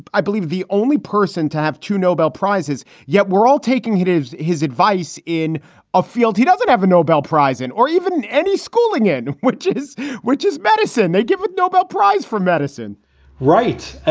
i believe the only person to have two nobel prizes yet we're all taking heat gives his advice in a field he doesn't have a nobel prize in or even any schooling in which is which is bettison. they give a nobel prize for medicine right.